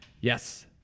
Yes